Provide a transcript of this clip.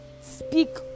speak